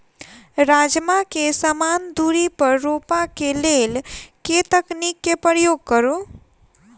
राजमा केँ समान दूरी पर रोपा केँ लेल केँ तकनीक केँ प्रयोग करू?